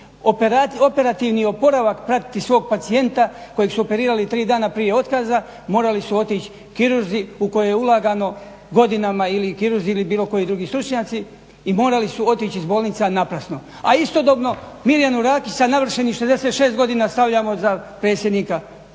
operativni oporavak pratiti svog pacijenta kojeg su operirali tri dana prije otkaza, morali su otići kirurzi u koje je ulagano godinama ili kirurzi ili bilo koji drugi stručnjaci i morali su otići iz bolnica naprasno. A istodobno, Mirjanu Rakić sa navršenih 66 godina stavljamo za predsjednika,